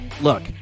Look